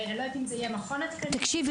לא יודעת אם זה יהיה מכון התקנים או --- תקשיבי,